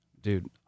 dude